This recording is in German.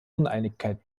uneinigkeit